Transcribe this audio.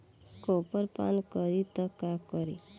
Copper पान करी त का करी?